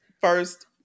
First